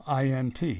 INT